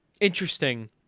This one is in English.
interesting